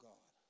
God